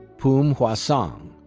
poom hoisang.